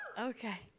Okay